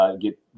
get